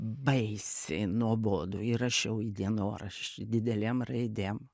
baisiai nuobodu įrašiau į dienoraštį didelėm raidėm